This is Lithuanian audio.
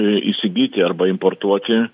įsigyti arba importuoti